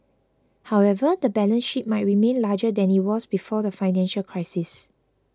however the balance sheet might remain larger than it was before the financial crisis